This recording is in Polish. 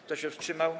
Kto się wstrzymał?